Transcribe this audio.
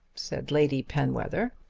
said lady penwether.